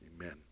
Amen